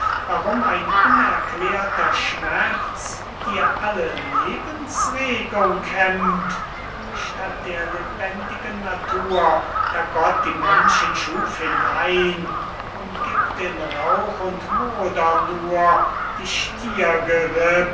warum ein unerklärter schmerz dir alle lebensregung hemmt statt der lebendigen natur da gott die menschen schuf hinein umgiebt in rauch und moder nur dich